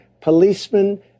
policemen